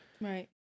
Right